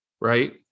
right